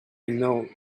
know